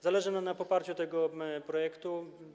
Zależy nam na poparciu tego projektu.